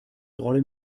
rollen